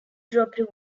dropped